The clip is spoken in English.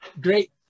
great